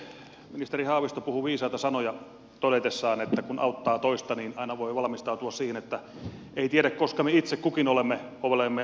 ministeri haavisto puhui viisaita sanoja todetessaan että kun auttaa toista niin aina voi valmistautua siihen että ei tiedä koska me itse kukin olemme avun tarpeessa